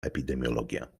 epidemiologia